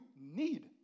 need